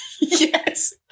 Yes